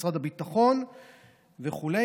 משרד הביטחון וכו',